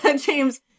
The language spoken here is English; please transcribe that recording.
James